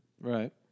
Right